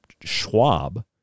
Schwab